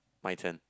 my turn